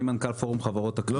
אני מנכ"ל פורום חברות הקריפטו.